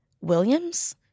Williams